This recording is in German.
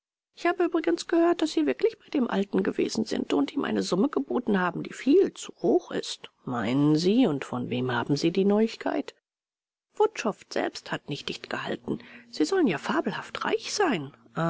ich habe übrigens gehört daß sie wirklich bei dem alten gewesen sind und ihm eine summe geboten haben die viel zu hoch ist meinen sie und von wem haben sie die neuigkeit wutschow selbst hat nicht dichtgehalten sie sollen ja fabelhaft reich sein